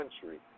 country